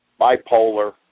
bipolar